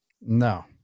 No